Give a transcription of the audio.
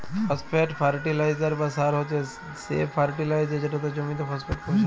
phosphate fertiliser বা সার হছে সে ফার্টিলাইজার যেটতে জমিতে ফসফেট পোঁছায়